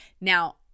Now